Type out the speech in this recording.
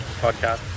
podcast